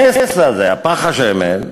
הנס הזה, פך השמן,